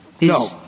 No